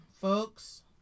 Folks